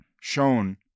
shown